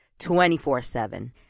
24-7